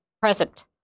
Present